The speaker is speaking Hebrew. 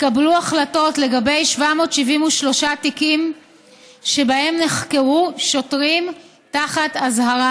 התקבלו החלטות לגבי 773 תיקים שבהם נחקרו שוטרים תחת אזהרה.